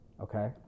okay